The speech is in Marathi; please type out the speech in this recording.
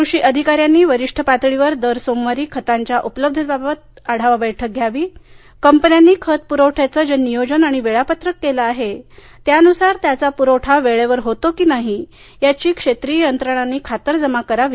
कृषी अधिकाऱ्यांनी वरिष्ठ पातळीवर दर सोमवारी खतांच्या उपलब्धतेबाबत आढावा बैठक घ्यावी कंपन्यांनी खत पूरवठ्याच जे नियोजन आणि वेळापत्रक केलं आहे त्यानुसार त्याचा प्रवठा वेळेवर होतो की नाही याची क्षेत्रिय यंत्रणांनी खातरजमा करावी